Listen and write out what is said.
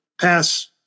pass